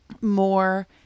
more